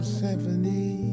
symphony